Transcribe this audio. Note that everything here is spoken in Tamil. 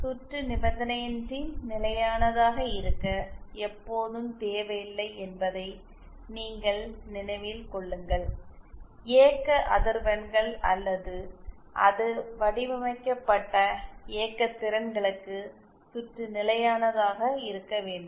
சுற்று நிபந்தனையின்றி நிலையானதாக இருக்க எப்போதும் தேவையில்லை என்பதை நீங்கள் நினைவில் கொள்ளுங்கள் இயக்க அதிர்வெண்கள் அல்லது அது வடிவமைக்கப்பட்ட இயக்க திறன்களுக்கு சுற்று நிலையானதாக இருக்க வேண்டும்